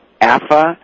AFA